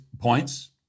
points